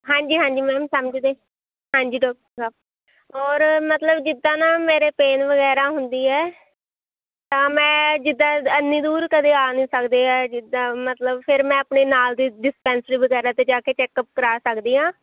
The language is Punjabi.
ਹਾਂਜੀ ਹਾਂਜੀ ਮੈਮ ਸਮਝਦੇ ਹਾਂਜੀ ਔਰ ਮਤਲਬ ਜਿੱਦਾਂ ਨਾ ਮੇਰੇ ਪੇਨ ਵਗੈਰਾ ਹੁੰਦੀ ਹੈ ਤਾਂ ਮੈਂ ਜਿੱਦਾਂ ਇੰਨੀ ਦੂਰ ਕਦੇ ਆ ਨਹੀਂ ਸਕਦੀ ਹੈ ਜਿੱਦਾਂ ਮਤਲਬ ਫਿਰ ਮੈਂ ਆਪਣੇ ਨਾਲ ਦੀ ਡਿਸਪੈਂਸਰੀ ਵਗੈਰਾ 'ਤੇ ਜਾ ਕੇ ਚੈੱਕਅਪ ਕਰਾ ਸਕਦੀ ਹਾਂ